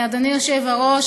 אדוני היושב-ראש,